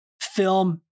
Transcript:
film